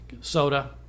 Soda